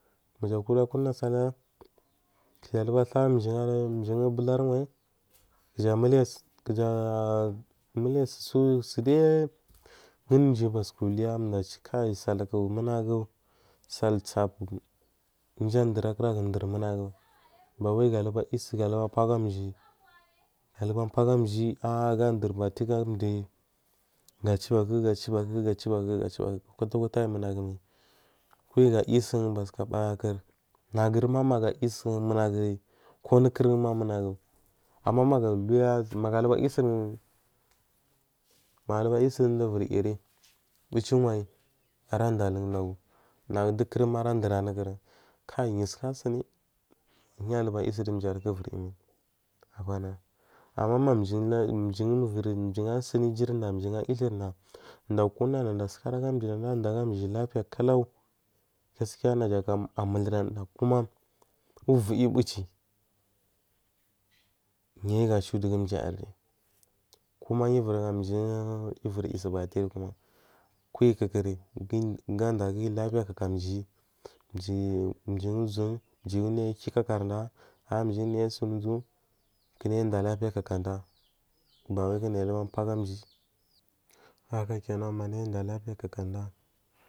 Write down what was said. Maja kura kuna sallah kijarathawamygu bulriwan kuja muliya sudi unji basuka uliya kai salku munagu saltsapu mji adurakuragu munagu bawai ga luga yisu fagamji aluga pajamji ah dur batiba gachubaku gachubaku gadubakukuba aimungumal kuyi gayisu munagu abagakur naguma maguisukura mbugakur nagari ko anukuma naga ama ngu aliya yusu magulaga yisu b mbichiwanyi aradalgu uwanyi nagudukurum ma kai yusukasini yaliga yisu mduyaku abana ama mamji mjiviri mjugu asuni ijarfda mjigu sunida nda kuna naɗa sukariya mji lapiya kalua gaskiya naja kam amuliri anuda uvoyi ubuchi yoyugasu dugu mjiyri kuma yu vuri gamjiyari gu ivuri yisubatikuma kiyi kukarayi gadaʒuyi lapiya kaka mji mji mjigu uʒun mjiduyi ukikakada kanji duyi asunʒu kunayi inda lapiya kakanda ɓawai kuku alapa kaka mji haka kina kana ɓawai kuku alapa kaka mji haka kina kana yi inda kakanɗa.